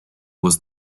was